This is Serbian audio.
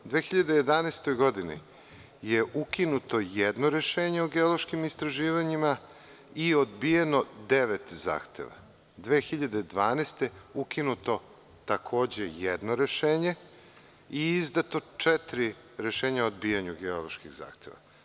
U 2011. godini je ukinuto jedno rešenje o geološkim istraživanjima i odbijeno devet zahteva, 2012. godine ukinuto takođe jedno rešenje i izdato četiri rešenja o odbijanju geoloških zahteva.